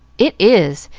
it is.